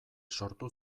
sortu